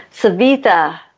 Savita